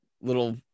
little